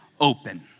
open